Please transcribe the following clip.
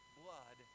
blood